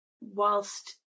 whilst